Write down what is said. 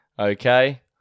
Okay